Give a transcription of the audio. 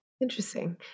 Interesting